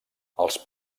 els